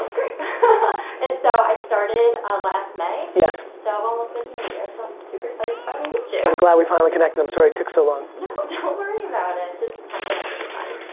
and and so i started last may yes so i've almost been here a year so i'm super excited to finally meet you! i'm glad we finally connected, i'm sorry it took so long. no, don't worry about it. just happy i have some of your time.